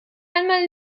einmal